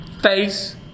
face